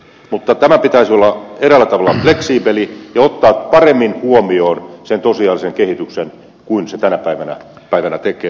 mutta tämän pitäisi olla eräällä tavalla fleksiibeli ja ottaa huomioon sen tosiasiallisen kehityksen paremmin kuin se tänä päivänä tekee